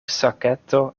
saketo